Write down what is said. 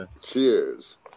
Cheers